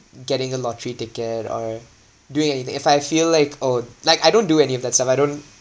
getting a lottery ticket or doing anything if I feel like oh like I don't do any of that stuff I don't